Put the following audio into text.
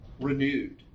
renewed